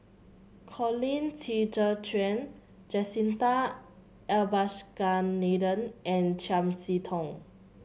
Colin Qi Zhe Quan Jacintha Abisheganaden and Chiam See Tong